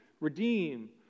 redeem